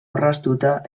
orraztuta